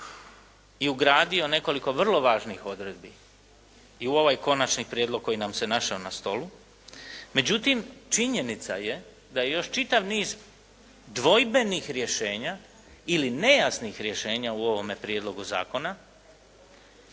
i ugradio nekoliko vrlo važnih odredbi i u ovaj konačni prijedlog koji nam se našao na stolu. Međutim činjenica je da je još čitav niz dvojbenih rješenja ili nejasnih rješenja u ovome prijedlogu zakona